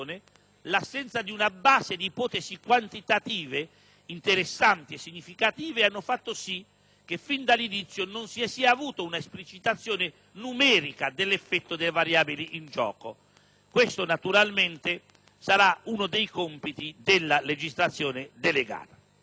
l'assenza di una base di ipotesi quantitative interessanti e significative hanno fatto sì che non si sia avuta fin dall'inizio una esplicitazione numerica dell'effetto delle tante variabili in gioco. Questo naturalmente sarà uno dei compiti della legislazione delegata.